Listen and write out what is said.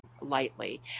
lightly